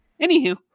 anywho